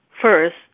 first